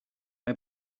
mae